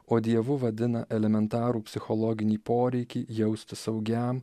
o dievu vadina elementarų psichologinį poreikį jaustis saugiam